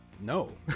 no